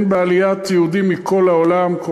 הן בעליית היהודים מכל העולם,